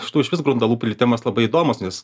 šitų išvis grundalų plitimas labai įdomus nes